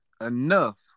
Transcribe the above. enough